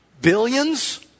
billions